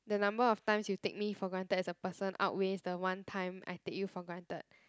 the number of times you take me for granted as a person outweighs the one time I take you for granted